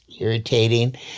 irritating